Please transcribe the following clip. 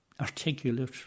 articulate